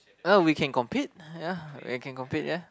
uh we can compete ya we can compete ya